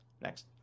Next